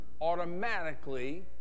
automatically